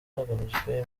hagamijwe